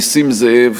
נסים זאב,